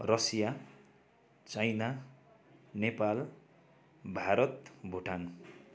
Russia China Nepal Bharat Bhutan